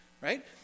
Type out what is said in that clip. right